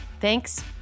thanks